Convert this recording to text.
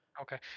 Okay